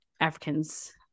Africans